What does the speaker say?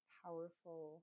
powerful